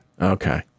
okay